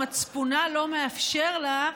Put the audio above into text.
מצפונה לא מאפשר לה,